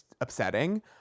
upsetting